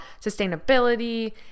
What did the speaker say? sustainability